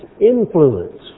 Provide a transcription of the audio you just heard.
influence